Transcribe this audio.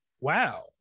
Wow